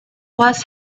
was